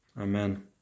Amen